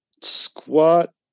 squat